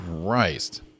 Christ